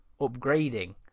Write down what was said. upgrading